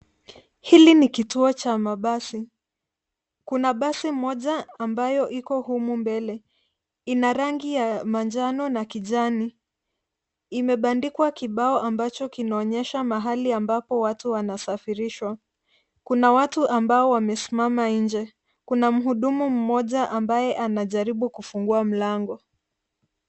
Hili ni kituo cha mabasi, kuna basi moja ambayo iko humu mbele. Ina rangi ya manjano na kijani imebandikwa kibao ambacho .Kinaonyesha mahali ambapo watu wanasafirishwa. Kuna watu ambao wamesimama nje. Kuna mhudumu mmoja ambaye anajaribu kufungua mlango.